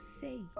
say